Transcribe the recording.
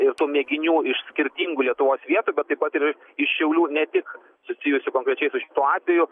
ir tų mėginių iš skirtingų lietuvos vietų bet taip pat ir iš šiaulių ne tik susijusių konkrečiai su šituo atveju